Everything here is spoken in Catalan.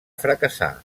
fracassar